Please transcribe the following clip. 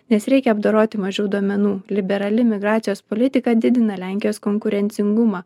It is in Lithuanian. nes reikia apdoroti mažiau duomenų liberali migracijos politika didina lenkijos konkurencingumą